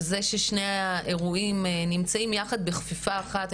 וזה ששני האירועים נמצאים יחד בחפיפה אחת,